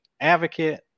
advocate